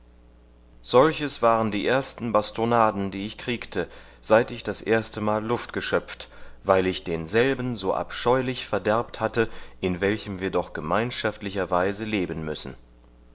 solches waren die erste bastonaden die ich kriegte seit ich das erstemal luft geschöpft weil ich denselben so abscheulich verderbt hatte in welchem wir doch gemeinschaftlicherweise leben müssen